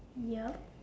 yup